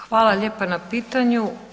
Hvala lijepa na pitanju.